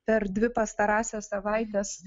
per dvi pastarąsias savaites